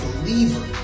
believer